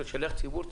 כשליח ציבור,